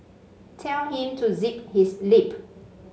tell him to zip his lip